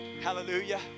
Hallelujah